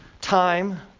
time